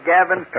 Gavin